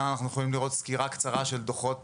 אפשר לראות בשקף סקירה קצרה של דוחות